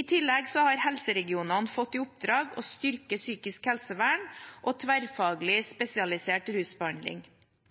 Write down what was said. I tillegg har helseregionene fått i oppdrag å styrke psykisk helsevern og tverrfaglig spesialisert rusbehandling.